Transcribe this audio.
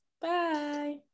bye